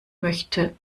möchte